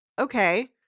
Okay